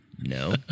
No